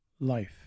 life